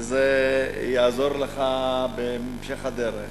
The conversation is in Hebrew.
וזה יעזור לך בהמשך הדרך.